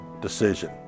decision